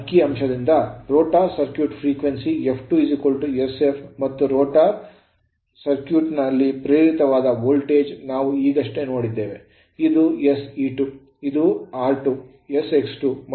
ಈ ಅಂಕಿಅಂಶದಿಂದ rotor circuit frequency ಆವರ್ತನವು f2 sf ಮತ್ತು ರೋಟರ್ ಸರ್ಕ್ಯೂಟ್ ನಲ್ಲಿ ಪ್ರೇರಿತವಾದ ವೋಲ್ಟೇಜ್ ನಾವು ಈಗಷ್ಟೇ ನೋಡಿದ್ದೇವೆ ಇದು sE2 ಇದು r2 sX2 ಮತ್ತು ಇದು ಪ್ರಸ್ತುತ I2'